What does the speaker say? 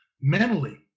mentally